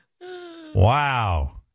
Wow